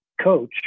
coach